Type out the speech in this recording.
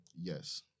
yes